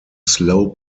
slow